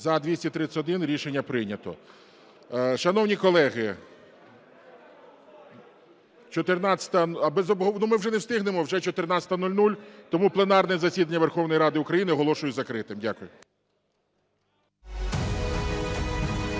За-231 Рішення прийнято. Шановні колеги… (Шум у залі) А ми вже не встигнемо, вже 14:00. Тому пленарне засідання Верховної Ради України оголошую закритим. Дякую.